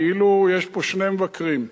כאילו יש פה שני מבקרים.